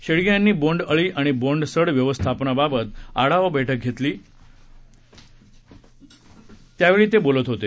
येडगे यांनी बोंड अळी आणि बोंड सड व्यवस्थापनाबाबत आढावा बैठक घेतली त्यावेळी ते बोलत होते